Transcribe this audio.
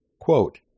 Quote